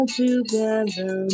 together